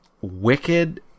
wicked